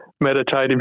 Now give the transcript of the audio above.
meditative